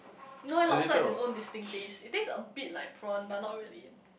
no eh lobster has its own distinct taste it taste a bit like prawn but not really